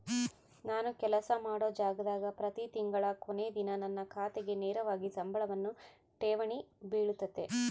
ನಾನು ಕೆಲಸ ಮಾಡೊ ಜಾಗದಾಗ ಪ್ರತಿ ತಿಂಗಳ ಕೊನೆ ದಿನ ನನ್ನ ಖಾತೆಗೆ ನೇರವಾಗಿ ಸಂಬಳವನ್ನು ಠೇವಣಿ ಬಿಳುತತೆ